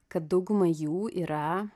kad dauguma jų yra